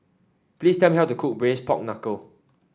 please tell me how to cook Braised Pork Knuckle